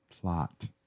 Plot